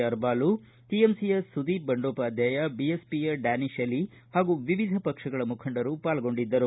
R Balu ಟಿಎಂಸಿಯ ಸುದೀಪ ಬಂಡೋಪಾದ್ಯಾಯ ಬಿಎಸ್ಪಿಯ ಡ್ಲಾನಿತ ಅಲಿ ಹಾಗೂ ವಿವಿಧ ಪಕ್ಷಗಳ ಮುಖಂಡರು ಪಾಲ್ಗೊಂಡಿದ್ದರು